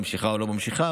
ממשיכה או לא ממשיכה,